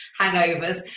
hangovers